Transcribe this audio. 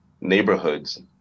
neighborhoods